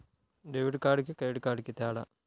Debit కార్డుకి credit కార్డుకి తేడా?